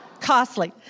Costly